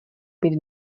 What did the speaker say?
být